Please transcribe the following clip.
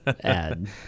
add